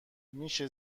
میشه